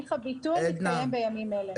הליך הביטול מתקיים בימים אלה.